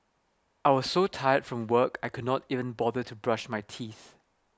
I was so tired from work I could not even bother to brush my teeth